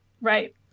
Right